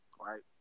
right